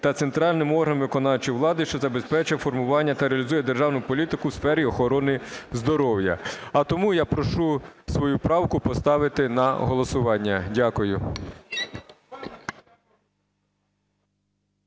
Та центральним органом виконавчої влади, що забезпечує формування та реалізує державну політику у сфері охорони здоров'я. А тому я прошу свою правку поставити на голосування. Дякую.